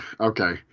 okay